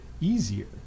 easier